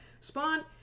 spawn